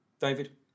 David